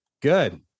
Good